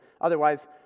Otherwise